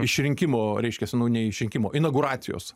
išrinkimo reiškiasi nu neišrinkimo inauguracijos